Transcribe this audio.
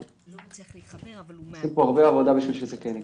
אבל עושים פה הרבה עבודה בשביל שזה כן יקרה.